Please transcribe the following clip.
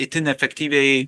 itin efektyviai